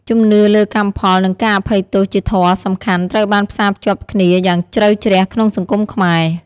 ជំនឿលើកម្មផល និងការអភ័យទោសជាធម៌សំខាន់ត្រូវបានផ្សារភ្ជាប់គ្នាយ៉ាងជ្រៅជ្រះក្នុងសង្គមខ្មែរ។